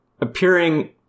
appearing